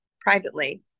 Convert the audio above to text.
privately